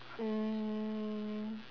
um